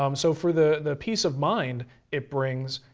um so for the peace of mind it brings,